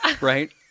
Right